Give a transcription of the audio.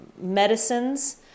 medicines